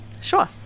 Sure